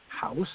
House